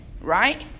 right